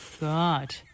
God